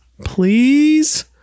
please